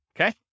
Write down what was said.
Okay